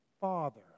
father